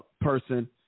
person